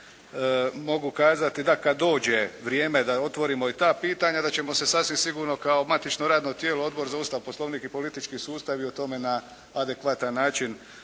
mogu kazati da kad dođe vrijeme da otvorimo i ta pitanja da ćemo se sasvim sigurno kao matično radno tijelo Odbor za Ustav, poslovnik i politički sustav i o tome na adekvatan način